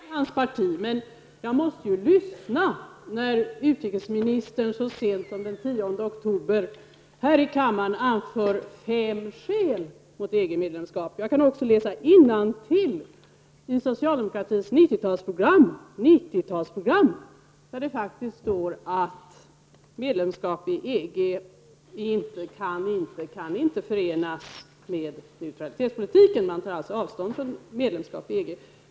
Fru talman! Jag har full respekt för Stig Alemyr som en sedan länge övertygad europé. Jag tror också att det finns många andra sådana i hans parti. Men jag måste lyssna när utrikesministern så sent som den 10 oktober här i kammaren anförde fem skäl mot EG-medlemskap. Jag kan också läsa innantill i socialdemokraternas 90-talsprogram, där det faktiskt står att medlemskap i EG inte kan förenas med neutralitetspolitiken. Man tar alltså avstånd från medlemskap i EG.